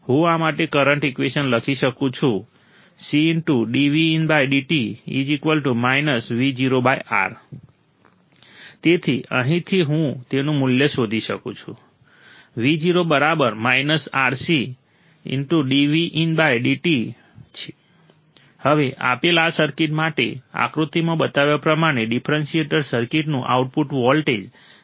હું આ માટે કરંટ ઈકવેશન લખી શકું છું C d vindt v0R તેથી અહીંથી હું તેનું મૂલ્ય શોધી શકું છું v0 RC d vindt હવે આપેલ આ સર્કિટ માટે આકૃતિમાં બતાવ્યા પ્રમાણે ડિફરન્શિએટર સર્કિટનું આઉટપુટ વોલ્ટેજ નક્કી કરો